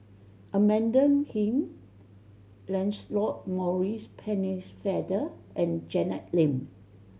Amanda Heng Lancelot Maurice Pennefather and Janet Lim